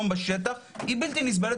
מנת לאפשר להציע להם טיפול תרופתי.